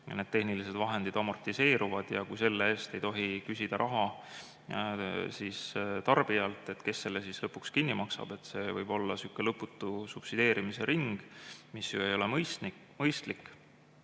need tehnilised vahendid amortiseeruvad ja kui selle eest ei tohi küsida raha tarbijalt, siis on küsimus, kes selle lõpuks kinni maksab. See võib olla sihuke lõputu subsideerimise ring, mis ju ei ole mõistlik.